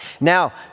Now